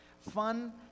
fun